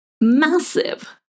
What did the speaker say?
massive